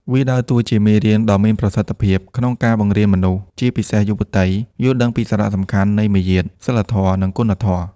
វាដើរតួជាមេរៀនដ៏មានប្រសិទ្ធភាពក្នុងការបង្រៀនមនុស្ស ជាពិសេសយុវតី យល់ដឹងពីសារៈសំខាន់នៃមារយាទ សីលធម៌ និងគុណធម៌។